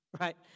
right